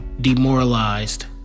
demoralized